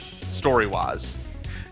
story-wise